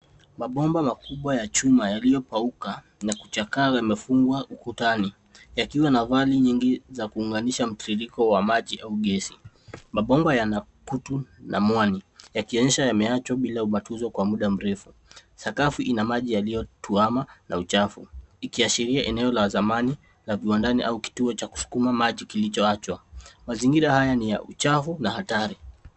Mabomba makubwa ya chuma yaliyokauka na kuchakaa yamefungwa ukutani yakiwa na vali nyingi za kuunganisha mtiririko wa maji au gesi. Mabomba yana kutu na mwanya yakionyesha yameachwa bila ubatuzo kwa muda mrefu. Sakafu ina maji yaliyotuama na uchafu ikiashiria eneo la zamani la viwandani au kituo cha kusukuma maji kilichoachwa. Mazingira haya ni ya uchafu na hatari.